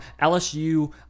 LSU